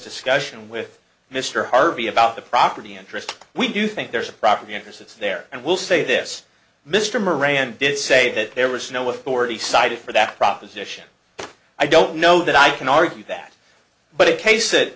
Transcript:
discussion with mr harvey about the property interests we do think there is a property interests there and we'll say this mr moran did say that there was no authority cited for that proposition i don't know that i can argue that but it case it